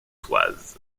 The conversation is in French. toises